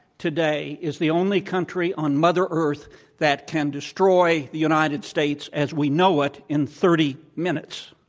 today, is the only country on mother earth that can destroy the united states as we know it in thirty minutes.